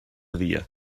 dia